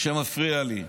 שמפריע לי.